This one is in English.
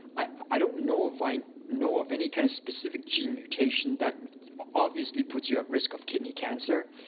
i don't know if i know of any kind of specific gene mutation that obviously puts you at risk of kidney cancer.